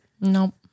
Nope